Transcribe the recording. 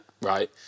Right